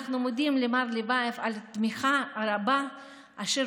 אנחנו מודים למר לבייב על התמיכה הרבה אשר